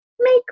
make